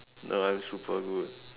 no I'm super good